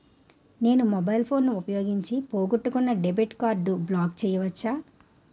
నేను mobile phone ఉపయోగించి పోగొట్టుకున్న డెబిట్ కార్డ్ని బ్లాక్ చేయవచ్చా?